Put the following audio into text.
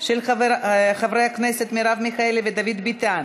של חברי הכנסת מרב מיכאלי ודוד ביטן.